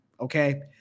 okay